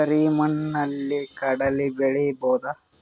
ಕರಿ ಮಣ್ಣಲಿ ಕಡಲಿ ಬೆಳಿ ಬೋದ?